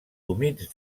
humits